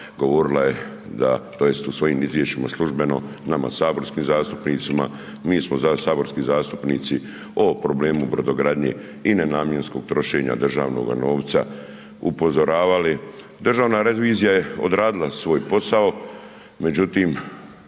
govorila je da tj. u svojim izvješćima službeno nama saborskim zastupnicima, mi smo saborski zastupnici o problemu brodogradnje i nenamjenskog trošenja državnoga novca upozoravali. Državna revizija je odradila svoj posao međutim